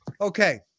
Okay